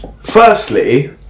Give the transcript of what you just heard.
firstly